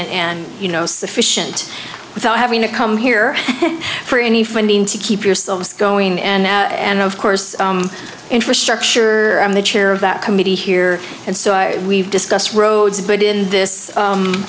thriving and you know sufficient without having to come here for any funding to keep yourselves going and now and of course infrastructure on the chair of that committee here and so we've discussed roads but in this